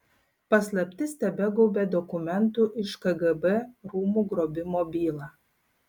paslaptis tebegaubia dokumentų iš kgb rūmų grobimo bylą